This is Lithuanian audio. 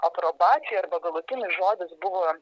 aprobacija arba galutinis žodis buvo